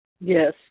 Yes